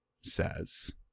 says